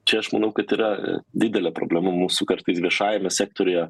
čia aš manau kad yra didelė problema mūsų kartais viešajame sektoriuje